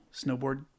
snowboard